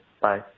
Bye